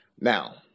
Now